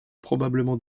probablement